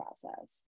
process